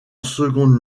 secondes